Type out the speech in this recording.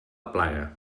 plaga